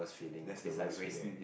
that's the worse feeling